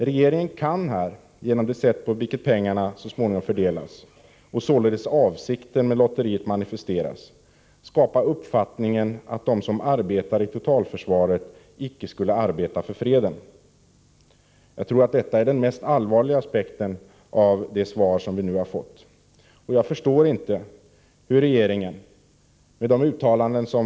Regeringen kan här, genom det sätt på vilket pengarna så småningom fördelas och således avsikten med lotteriet manifesteras, skapa uppfattningen att de som arbetar inom totalförsvaret icke skulle arbete för freden. Jag tror att detta är den mest allvarliga aspekten av det svar som vi nu har fått.